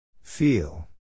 Feel